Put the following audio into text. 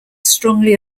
strongly